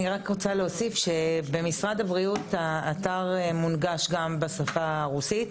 אני רק רוצה להוסיף שבמשרד הבריאות האתר מונגש גם בשפה הרוסית,